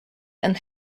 and